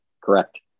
Correct